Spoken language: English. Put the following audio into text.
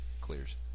clears